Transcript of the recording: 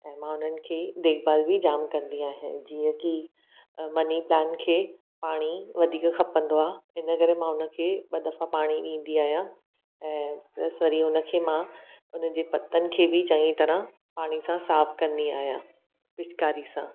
ऐं मां हुननि खे देखबाल बि जामु कंदी आहियां जीअं की मनी प्लांट खे पाणी वधीक खपंदो आहे हिन करे मां हुन खे ॿ दफ़ा पाणी ॾींदी आहियां ऐं प्लस वरी हुन खे मां उन जे पतनि खे बि चङी तरह पाणी सां साफ़ु कंदी आहियां पिचकारी सां